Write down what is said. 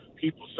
people